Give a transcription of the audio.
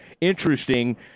interesting